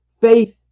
faith